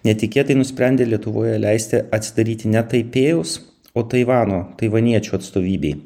netikėtai nusprendė lietuvoje leisti atsidaryti ne taipėjaus o taivano taivaniečių atstovybei